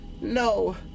No